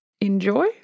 Enjoy